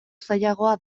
zailagoa